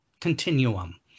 continuum